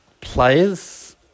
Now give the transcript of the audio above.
players